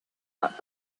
that